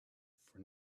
for